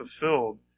fulfilled